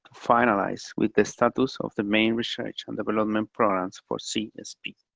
finalized with the struggles of the main research and development programs for csp.